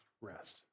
rest